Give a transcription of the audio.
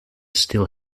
still